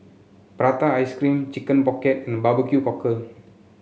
Prata Ice Cream Chicken Pocket and Barbecue Cockle